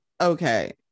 Okay